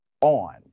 on